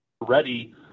ready